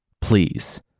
please